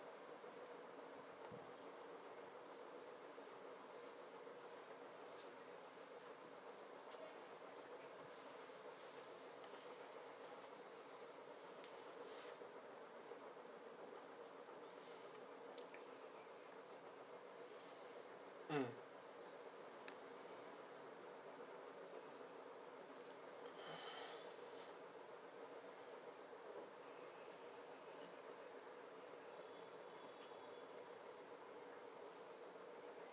mm